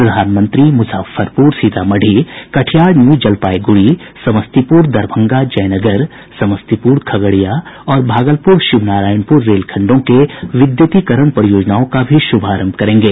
प्रधानमंत्री मुजफ्फरपुर सीतामढ़ी कटिहार न्यू जलपाईगुड़ी समस्तीपुर दरभंगा जयनगर समस्तीपुर खगड़िया और भागलपुर शिवनारायणपुर रेलखंडो के विद्युतीकरण परियोजनाओं का भी शुभारंभ करेंगे